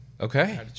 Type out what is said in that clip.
Okay